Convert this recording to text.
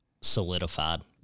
solidified